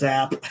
app